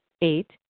Eight